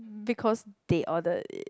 because they ordered it